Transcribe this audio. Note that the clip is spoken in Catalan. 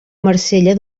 marsella